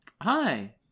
Hi